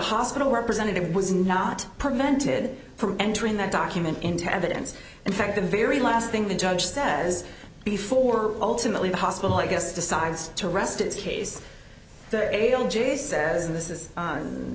hospital representative was not prevented from entering that document into evidence in fact the very last thing the judge says before ultimately the hospital i guess decides to rest its case the male just says and this is